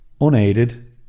unaided